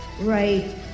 right